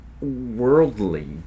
worldly